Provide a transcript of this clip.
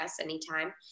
anytime